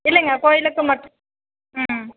இல்லைங்க கோயிலுக்கு மட் ம்